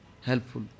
helpful